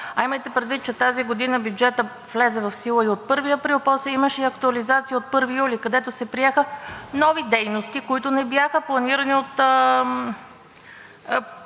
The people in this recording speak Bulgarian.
имайте предвид, че тази година бюджетът влезе в сила и от 1 април, после имаше и актуализация от 1 юли, където се приеха нови дейности, които не бяха планирани в